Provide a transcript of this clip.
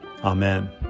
Amen